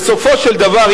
בסופו של דבר,